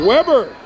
Weber